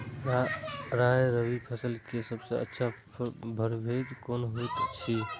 राय रबि फसल के सबसे अच्छा परभेद कोन होयत अछि?